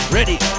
Ready